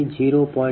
4173j0